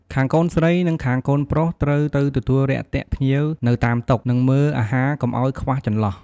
ខាងកូនស្រីនិងខាងកូនប្រុស ត្រូវទៅទទួលរាក់ទាក់ភ្ញៀវនៅតាមតុ និងមើលអាហារកុំអោយខ្វះចន្លោះ។